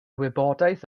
wybodaeth